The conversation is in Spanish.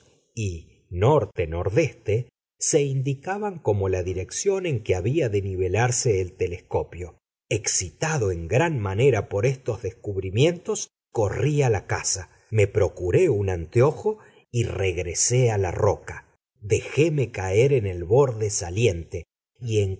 y norte nordeste se indicaban como la dirección en que había de nivelarse el telescopio excitado en gran manera por estos descubrimientos corrí a la casa me procuré un anteojo y regresé a la roca dejéme caer en el borde saliente y encontré que